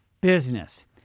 Business